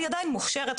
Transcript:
אני עדייו מוכשרת,